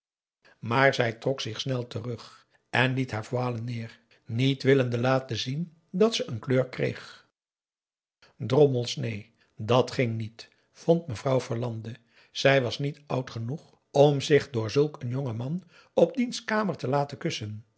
maar zij trok zich snel terug en liet haar voile neer niet willende laten zien dat ze een kleur kreeg drommels neen dat ging niet vond mevrouw verlande zij was niet oud genoeg om zich door zulk een jongen man op diens kamer te laten kussen